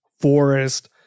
forest